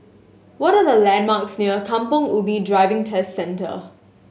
what are the landmarks near Kampong Ubi Driving Test Centre